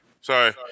Sorry